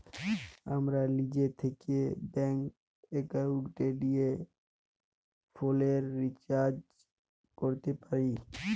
আমরা লিজে থ্যাকে ব্যাংক একাউলটে লিয়ে ফোলের রিচাজ ক্যরতে পারি